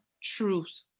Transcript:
truth